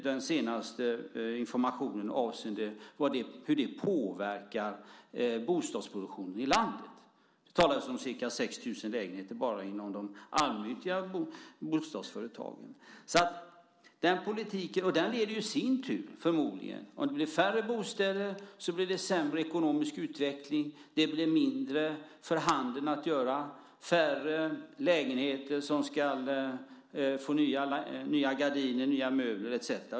Den senaste informationen avseende hur det påverkar bostadsproduktionen i landet kan väl knappast ha undgått finansministern. Det talas om ca 6 000 lägenheter bara inom de allmännyttiga bostadsföretagen. Om det blir färre bostäder blir det sämre ekonomisk utveckling. Det blir mindre för handeln att göra. Det är färre lägenheter som ska ha nya gardiner och nya möbler.